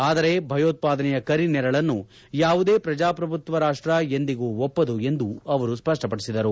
ಆದರೆ ಭಯೋತ್ವಾದನೆಯ ಕರಿನೆರಳನ್ನು ಯಾವುದೇ ಪ್ರಜಾಪ್ರಭುತ್ವ ರಾಷ್ಟ ಎಂದಿಗೂ ಒಪ್ಪದು ಎಂದು ಅವರು ಸ್ವಷ್ಷಪಡಿಸಿದರು